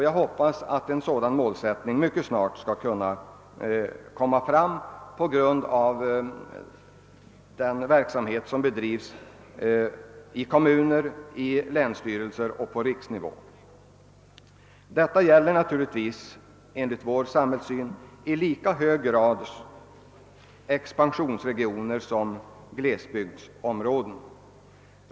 Jag hoppas att en sådan målsättning mycket snart skall komma fram tack vare den verksamhet som bedrivs i kommuner och länsstyrelser samt på riksnivå. Enligt vår samhällssyn gäller detta naturligtvis i lika hög grad expansionsregioner som glesbygdsområden.